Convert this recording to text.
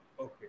Okay